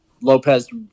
Lopez